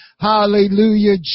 hallelujah